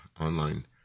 online